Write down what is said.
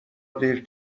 دیر